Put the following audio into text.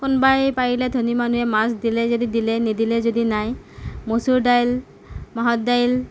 কোনোবাই পাৰিলে ধনী মানুহে মাছ দিলে যদি দিলে নিদিলে যদি নাই মচুৰ দাইল মাহৰ দাইল